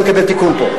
אני מקבל תיקון פה.